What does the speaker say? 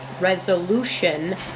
Resolution